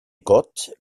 gott